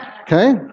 Okay